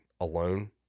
alone